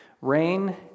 Rain